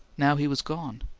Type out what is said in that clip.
now he was gone.